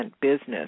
business